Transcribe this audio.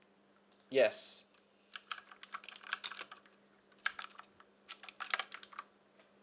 yes